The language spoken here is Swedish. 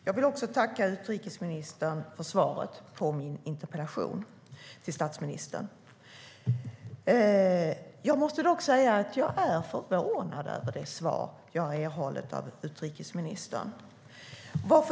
Fru talman! Jag tackar utrikesministern för svaret på min interpellation till statsministern. Jag måste dock säga att jag är förvånad över det svar jag erhållit.